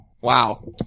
Wow